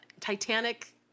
Titanic